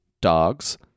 dogs